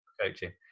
coaching